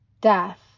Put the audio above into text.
death